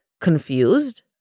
confused